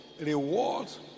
rewards